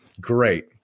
Great